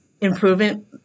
improvement